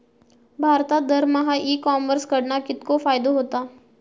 भारतात दरमहा e commerce कडणा कितको फायदो होता?